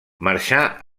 marxà